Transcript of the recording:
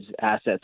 assets